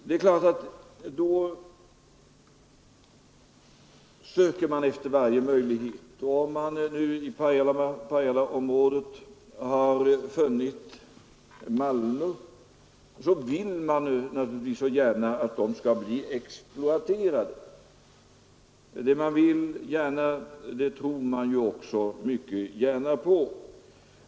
Det är klart att man då söker efter varje möjlighet, och om man nu i Pajalaområdet har funnit malmer, så vill man naturligtvis gärna att de skall bli exploaterade. Och det man gärna vill det tror man ju ockå mycket gärna på.